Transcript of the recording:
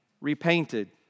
repainted